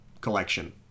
collection